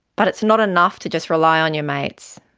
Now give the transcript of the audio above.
but it's not enough to just rely on your mates.